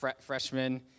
freshman